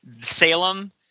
Salem—